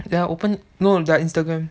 ya open it no their instagram